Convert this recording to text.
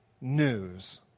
news